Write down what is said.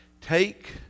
take